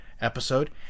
episode